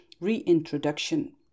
reintroduction